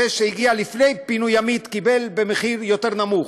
זה שהגיע לפני פינוי ימית קיבל במחיר יותר נמוך.